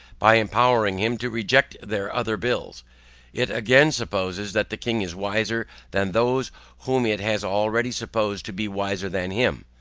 by empowering him to reject their other bills it again supposes that the king is wiser than those whom it has already supposed to be wiser than him.